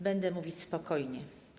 Będę mówić spokojnie.